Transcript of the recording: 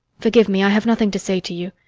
forgive me, i have nothing to say to you.